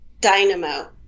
dynamo